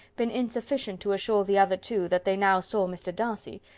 been insufficient to assure the other two that they now saw mr. darcy,